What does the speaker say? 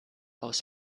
aus